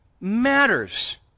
matters